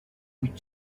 vuit